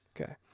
okay